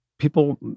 people